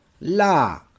La